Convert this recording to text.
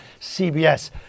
CBS